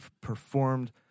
performed